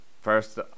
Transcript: first